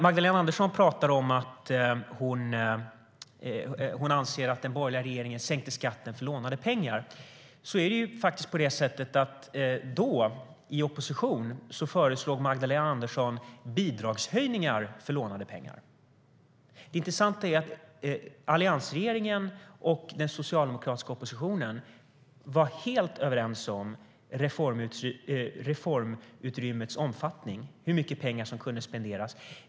Magdalena Andersson anser att den borgerliga regeringen sänkte skatten för lånade pengar, men i opposition föreslog faktiskt Magdalena Andersson bidragshöjningar för lånade pengar. Det intressanta är att alliansregeringen och den socialdemokratiska oppositionen var helt överens om reformutrymmets omfattning, det vill säga hur mycket pengar som kunde spenderas.